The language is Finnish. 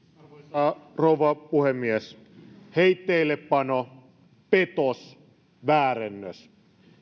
arvoisa rouva puhemies heitteillepano petos väärennös